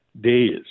days